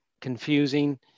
confusing